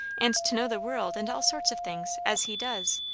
and to know the world and all sorts of things, as he does,